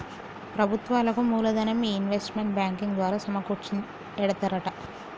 ప్రభుత్వాలకు మూలదనం ఈ ఇన్వెస్ట్మెంట్ బ్యాంకింగ్ ద్వారా సమకూర్చి ఎడతారట